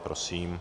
Prosím.